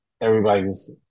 everybody's